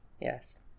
Yes